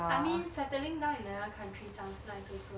I mean settling down in another country sounds nice also